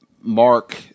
mark